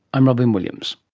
i'm robyn williams